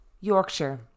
Yorkshire